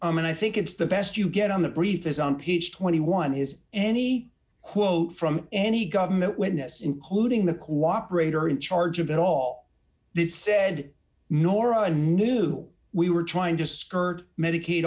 most and i think it's the best you get on the brief is on page twenty one is any quote from any government witness including the cooperate or in charge of it all that said nora knew we were trying to skirt medicaid